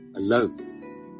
alone